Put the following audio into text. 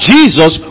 Jesus